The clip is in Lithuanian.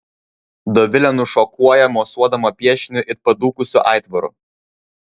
dovilė nušokuoja mosuodama piešiniu it padūkusiu aitvaru